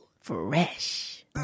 Fresh